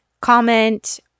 comment